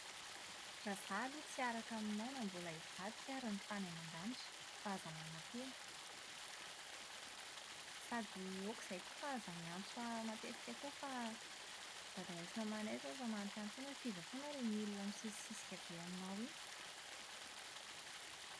Raha izaho aloha tsy hiaraka aminao na mbola hivadika ary ny tany aman-danitra fa aza manantena! Sady aoka izay koa fa aza miantso ahy matetika koa fa dadanay sy mamanay izao efa manontany foana hoe f'iza foana ary iny olona misisisisika be aminao iny?